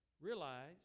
Realize